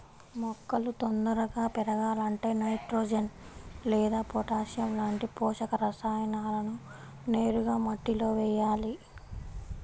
మొక్కలు తొందరగా పెరగాలంటే నైట్రోజెన్ లేదా పొటాషియం లాంటి పోషక రసాయనాలను నేరుగా మట్టిలో వెయ్యాలి